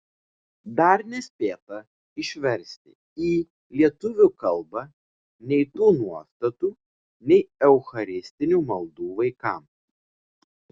dar nespėta išversti į lietuvių kalbą nei tų nuostatų nei eucharistinių maldų vaikams